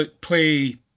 play